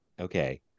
Okay